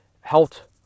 helped